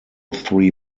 three